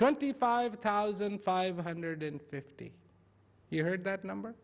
twenty five thousand five hundred fifty you heard that number